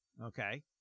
Okay